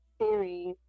series